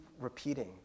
repeating